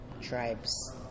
tribes